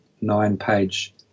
nine-page